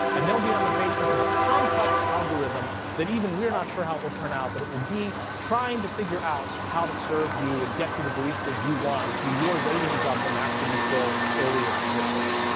and they'll be on the basis of a complex algorithm that even we're not sure how it will turn out, but it will be trying to figure out how to serve you and get you the baristas you want through your ratings of them after we fill earlier positions.